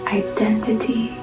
identity